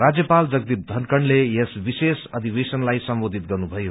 राज्यपाल जगदीप धनखड़ले यस विशेष अअधिवेशनलाई सम्बोधित गर्नुभयो